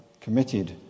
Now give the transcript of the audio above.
committed